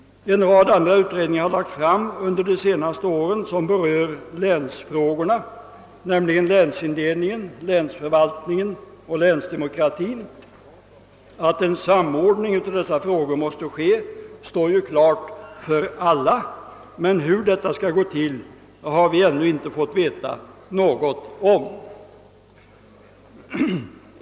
Under de senaste åren har en rad andra utredningar som berör länsfrågorna lagts fram, nämligen om länsindelningen, länsförvaltningen och länsdemokratin. Att en samordning av dessa frågor måste ske står klart för alla, men hur detta skall gå till har vi inte fått veta något om.